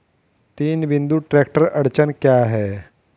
तीन बिंदु ट्रैक्टर अड़चन क्या है?